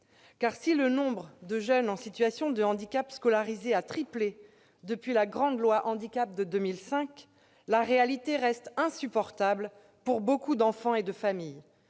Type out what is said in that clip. si le nombre de jeunes en situation de handicap scolarisés a triplé depuis la grande loi handicap de 2005, la réalité reste insupportable pour nombre d'enfants et de familles.